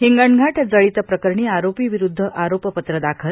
हिंगणघाट जळीत प्रकरणी आरोपी विरूद्ध आरोपपत्र दाखल